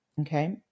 okay